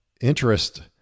interest